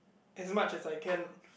as much as I can